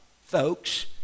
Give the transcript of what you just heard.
folks